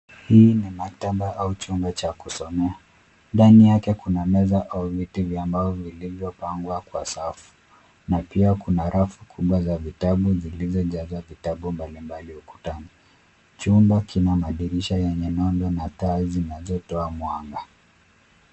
Hii ni maktaba au chumba cha kusomea. Ndani yake kuna meza au viti vya mbao vilivyopangwa kwa safu na pia kuna rafu kubwa za vitabu zilizojazwa vitabu mbalimbali ukutani. Chumba kina madirisha yenye nondo na taa zinazotoa mwanga.